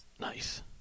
Nice